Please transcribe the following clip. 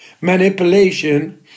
manipulation